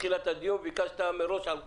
מתחילת הדיון ביקשת מראש על כולם,